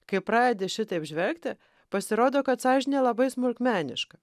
kai pradedi šitaip žvelgti pasirodo kad sąžinė labai smulkmeniška